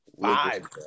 five